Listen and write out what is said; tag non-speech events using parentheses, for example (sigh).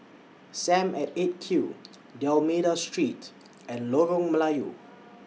SAM At eight Q D'almeida Street and Lorong Melayu (noise)